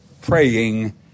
Praying